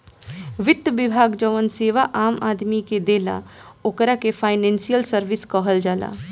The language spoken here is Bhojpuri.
वित्त विभाग जवन सेवा आम नागरिक के देला ओकरा के फाइनेंशियल सर्विस कहल जाला